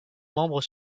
membres